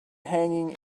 hanging